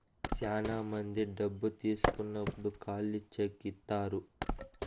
శ్యానా మంది డబ్బు తీసుకున్నప్పుడు ఖాళీ చెక్ ఇత్తారు